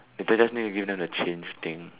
you just need to give them the change thing